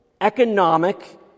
economic